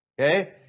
Okay